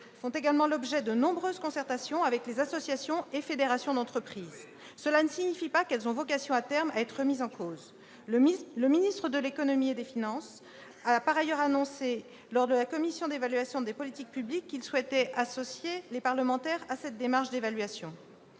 font également l'objet de nombreuses concertations avec les associations et fédérations d'entreprises. Cela ne signifie pas qu'elles ont vocation à terme à être remises en cause. Le ministre de l'économie et des finances a par ailleurs annoncé lors de la commission d'évaluation des politiques publiques qu'il souhaitait associer les parlementaires à cette démarche d'évaluation.